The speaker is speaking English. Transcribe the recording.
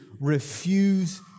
refuse